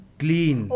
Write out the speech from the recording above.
clean